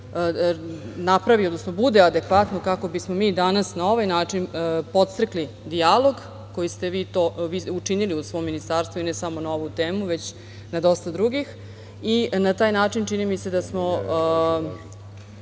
napravi, odnosno bude adekvatno kako bismo mi danas na ovaj način podstrekli dijalog koji ste vi učinili u svom ministarstvu i ne samo na ovu temu, već na dosta drugih i na taj način čini mi se da smo